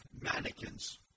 mannequins